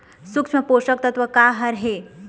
सूक्ष्म पोषक तत्व का हर हे?